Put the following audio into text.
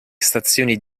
stazioni